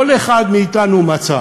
כל אחד מאתנו מצא